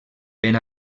ben